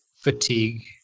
fatigue